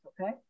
Okay